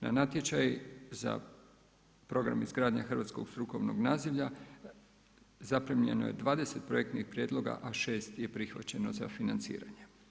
Na natječaj za program izgradnje hrvatskog strukovnog nazivlja zaprimljeno je 20 projektnih prijedloga a 6 je prihvaćeno za financiranje.